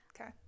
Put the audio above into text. Okay